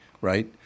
right